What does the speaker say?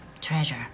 treasure